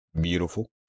Beautiful